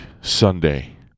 Sunday